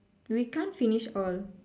we can't finish all